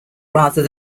rather